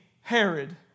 Herod